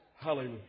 Hallelujah